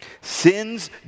Sin's